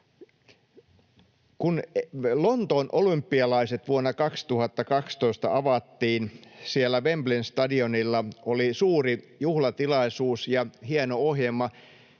Kun Lontoon olympialaiset vuonna 2012 avattiin, siellä Wemb-leyn stadionilla oli suuri juhlatilaisuus ja hieno ohjelma.